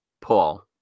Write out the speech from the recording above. Paul